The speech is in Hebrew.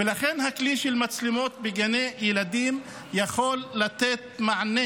ולכן הכלי של מצלמות בגני ילדים יכול לתת מענה